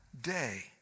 day